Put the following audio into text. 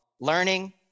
learning